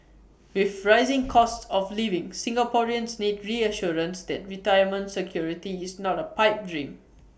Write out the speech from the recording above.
with rising costs of living Singaporeans need reassurance that retirement security is not A pipe dream